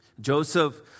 Joseph